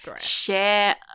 share